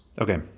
Okay